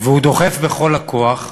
והוא דוחף בכל הכוח,